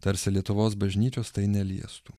tarsi lietuvos bažnyčios tai neliestų